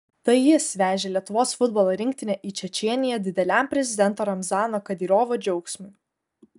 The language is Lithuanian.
tai jis vežė lietuvos futbolo rinktinę į čečėniją dideliam prezidento ramzano kadyrovo džiaugsmui